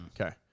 okay